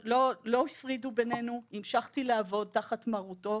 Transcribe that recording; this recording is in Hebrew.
הפרידו בינינו, המשכתי לעבוד תחת מרותו